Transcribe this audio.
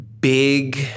big